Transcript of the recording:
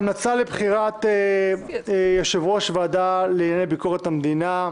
המלצה לבחירת יושב-ראש ועדה לענייני ביקורת המדינה.